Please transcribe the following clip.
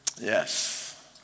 Yes